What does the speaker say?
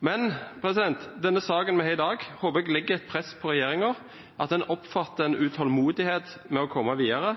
Men denne saken vi behandler i dag, håper jeg legger et press på regjeringen, at den oppfatter en utålmodighet med å komme videre.